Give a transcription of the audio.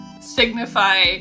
signify